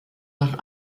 nach